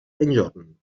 enjorn